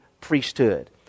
priesthood